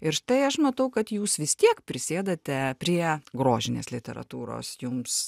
ir štai aš matau kad jūs vis tiek prisėdate prie grožinės literatūros jums